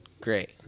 Great